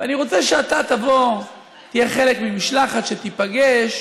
ואני רוצה שאתה תבוא, תהיה חלק ממשלחת שתיפגש